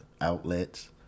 outlets